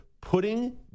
putting